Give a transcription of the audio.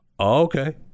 Okay